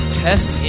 test